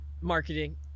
Marketing